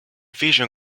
vision